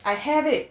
I have it